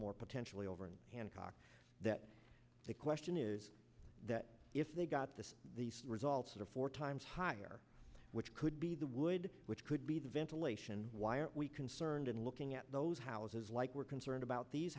more potentially over and hancock that the question is that if they got the results are four times higher which could be the wood which could be the ventilation why are we concerned in looking at those houses like we're concerned about these